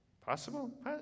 Possible